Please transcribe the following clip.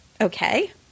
okay